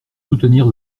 soutenir